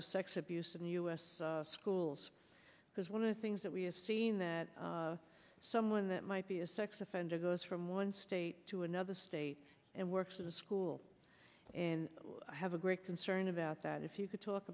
of sex abuse in the us schools because one of the things that we have seen that someone that might be a sex offender goes from one state to another state and works in a school and have a great concern about that if you could talk